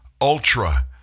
ultra